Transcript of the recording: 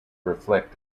reflect